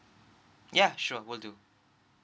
ya sure will do